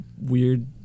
weird